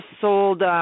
sold –